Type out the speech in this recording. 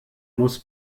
muss